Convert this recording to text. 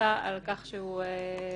אסמכתה על כך שהוא שילם